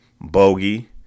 Bogey